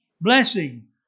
blessing